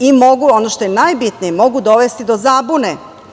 i mogu, ono što je najbitnije, mogu dovesti do zabune. Slično